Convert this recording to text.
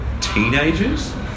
teenagers